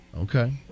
Okay